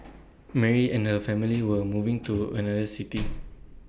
Mary and her family were moving to another city